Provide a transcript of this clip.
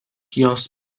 jos